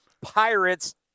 Pirates